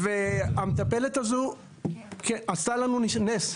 המטפלת הזו עשתה לנו נס.